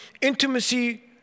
Intimacy